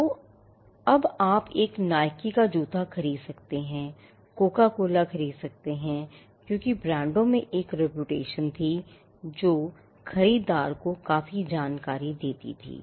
तो अब आप एक Nike का जूता खरीद सकते हैं या कोका कोला खरीद सकते हैं क्योंकि ब्रांडों में एक reputation थी जो खरीददार को काफी जानकारी देती थी